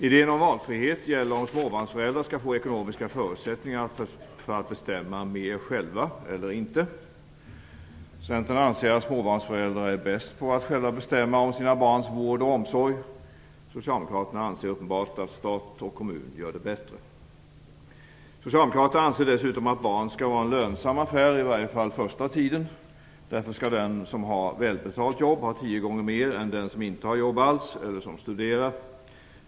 Idén om valfrihet gäller om huruvida småbarnsföräldrar skall få ekonomiska förutsättningar för att bestämma mer själva eller inte. Centern anser att småbarnsföräldrar är bäst på att själva bestämma om sina barns vård och omsorg. Socialdemokraterna anser uppenbarligen att stat och kommun gör det bättre. Socialdemokraterna anser dessutom att barn skall vara en lönsam affär, i varje fall första tiden. Därför skall den som har ett välbetalt jobb få tio gånger mer än den som inte har något jobb eller studerar.